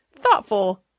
thoughtful